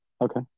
Okay